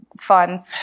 fun